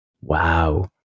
Wow